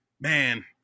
man